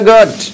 God